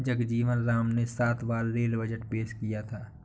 जगजीवन राम ने सात बार रेल बजट पेश किया था